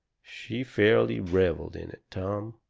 she fairly revelled in it, tom.